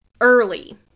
early